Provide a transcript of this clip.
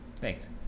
thanks